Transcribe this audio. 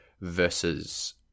versus